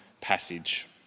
passage